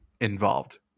involved